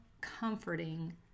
comforting